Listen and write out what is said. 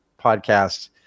podcast